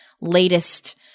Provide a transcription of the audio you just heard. latest